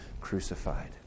crucified